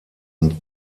und